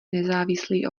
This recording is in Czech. nezávislý